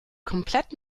komplett